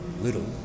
little